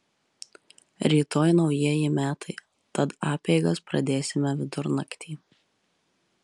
rytoj naujieji metai tad apeigas pradėsime vidurnaktį